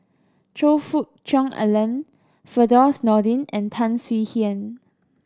Choe Fook Cheong Alan Firdaus Nordin and Tan Swie Hian